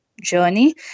journey